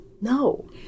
No